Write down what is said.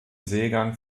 seegang